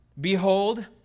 behold